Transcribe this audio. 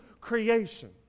creation